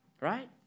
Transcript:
right